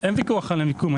אין ויכוח על המיקום.